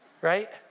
right